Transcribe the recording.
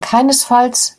keinesfalls